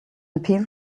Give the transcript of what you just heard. appeal